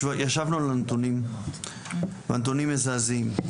ישבנו על הנתונים והנתונים מזעזעים.